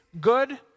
good